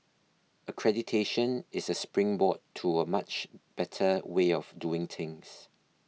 accreditation is a springboard to a much better way of doing things